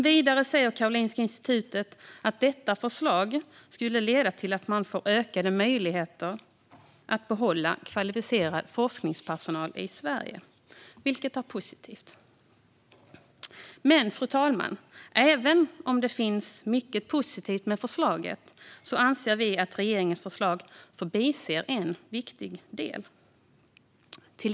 Vidare säger Karolinska institutet att detta förslag skulle leda till att man får ökade möjligheter att behålla kvalificerad forskningspersonal i Sverige, vilket är positivt. Fru talman! Även om det finns mycket positivt med förslaget anser vi dock att regeringens förslag förbiser vissa viktiga delar.